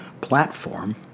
platform